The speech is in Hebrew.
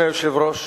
אדוני היושב-ראש,